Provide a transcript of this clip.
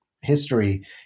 history